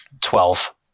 Twelve